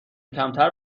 کمتر